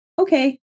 Okay